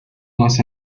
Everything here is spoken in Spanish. más